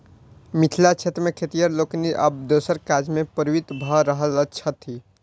मिथिला क्षेत्र मे खेतिहर लोकनि आब दोसर काजमे प्रवृत्त भ रहल छथि